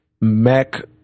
Mac